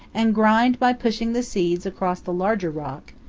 and grind by pushing the seeds across the larger rock,